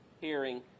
hearing